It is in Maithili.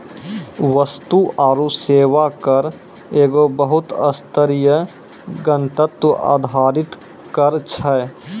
वस्तु आरु सेवा कर एगो बहु स्तरीय, गंतव्य आधारित कर छै